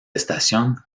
estación